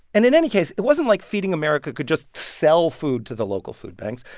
and in any case, it wasn't like feeding america could just sell food to the local food banks.